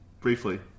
briefly